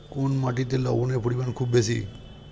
কোন মাটিতে লবণের পরিমাণ খুব বেশি?